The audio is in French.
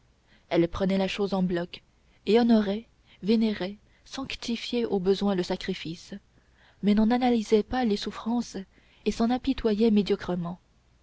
elle prenait la chose en bloc et honorait vénérait sanctifiait au besoin le sacrifice mais n'en analysait pas les souffrances et s'en apitoyait médiocrement